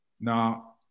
Now